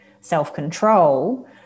self-control